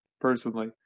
Personally